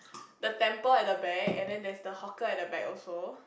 the temple at the back and then there's the hawker at the back also